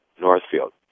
Northfield